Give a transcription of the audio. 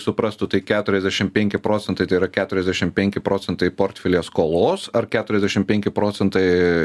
suprastų tai keturiasdešim penki procentai tai yra keturiasdešim penki procentai portfelyje skolos ar keturiasdešim penki procentai